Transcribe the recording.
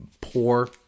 poor